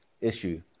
issue